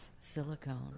silicone